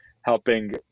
helping